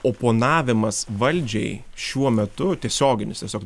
oponavimas valdžiai šiuo metu tiesioginis tiesiog